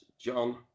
John